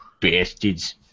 Bastards